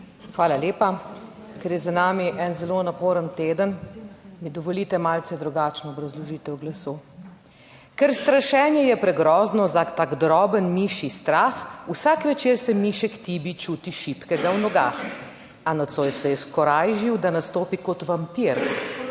Hvala lepa. Ker je za nami en zelo naporen teden, mi dovolite malce drugačno obrazložitev glasu. "Ker strašenje je pregrozno za tak droben miši strah. Vsak večer se mišek Tibi čuti šibkega v nogah, a nocoj se je skorajžil, da nastopi kot vampir,